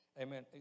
Amen